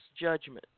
judgment